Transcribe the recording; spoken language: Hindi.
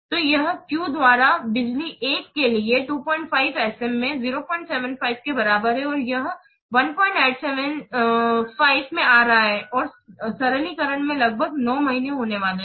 तो यह Q द्वारा बिजली 1 के लिए 25 S M में 075 के बराबर है और यह 1875 में आ रहा है और सरलीकरण में लगभग 9 महीने होने वाले हैं